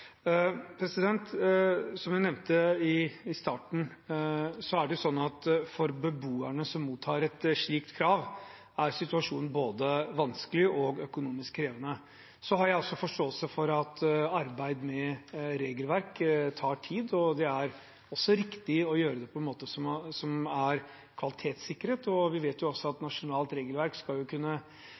Som jeg nevnte i starten, er det sånn at for beboerne som mottar et slikt krav, er situasjonen både vanskelig og økonomisk krevende. Så har jeg forståelse for at arbeid med regelverk tar tid, og det er også riktig å gjøre det på en måte som er kvalitetssikret. Vi vet også at nasjonalt regelverk skal kunne